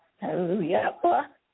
Hallelujah